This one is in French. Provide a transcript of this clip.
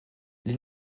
les